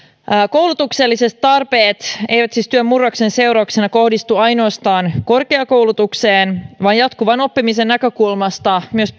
koulutukselliset tarpeet eivät siis työn murroksen seurauksena kohdistu ainoastaan korkeakoulutukseen vaan jatkuvan oppimisen näkökulmasta myös